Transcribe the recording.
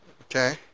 Okay